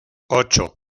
ocho